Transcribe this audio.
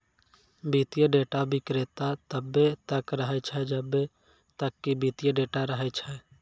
वित्तीय डेटा विक्रेता तब्बे तक रहै छै जब्बे तक कि वित्तीय डेटा रहै छै